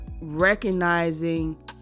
recognizing